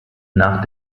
nach